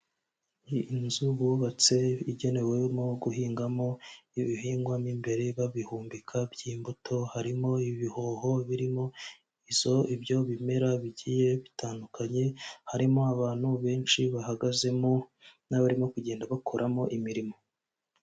Inzu bubatse, igenewemo guhingamo ibihingwa mo imbere, babihumbika, by'imbuto, harimo ibihoho birimo ibyo bimera bigiye bitandukanye, harimo abantu benshi bahagazemo, n'abarimo kugenda bakoramo imirimo.